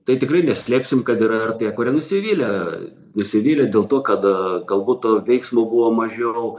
tai tikrai neslėpsim kad yra ir tie kurie nusivylę nusivylę dėl to kada galbūt to veiksmo buvo mažiau